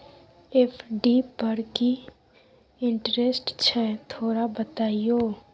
FD पर की interest छय थोरा बतईयो?